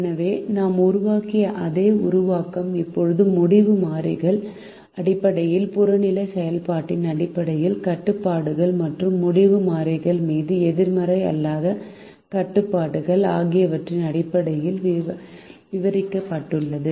எனவே நாம் உருவாக்கிய அதே உருவாக்கம் இப்போது முடிவு மாறிகள் அடிப்படையில் புறநிலை செயல்பாட்டின் அடிப்படையில் கட்டுப்பாடுகள் மற்றும் முடிவு மாறிகள் மீது எதிர்மறை அல்லாத கட்டுப்பாடுகள் ஆகியவற்றின் அடிப்படையில் விவரிக்கப்பட்டுள்ளது